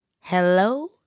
Hello